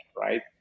right